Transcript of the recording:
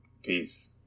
Peace